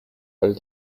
all